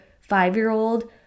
five-year-old